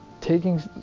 taking